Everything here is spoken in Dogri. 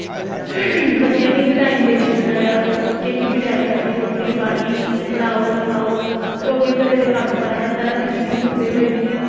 बच्चेआं गी बी टैम देने पौंदा ऐ बच्चें गी बी टैम टैम दी रोटी पानी उ'नें गी पढ़ाओ ते होर बी घरै दे कम्म कार निं मुकदे ते जेह्ड़ियां